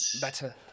better